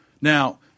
Now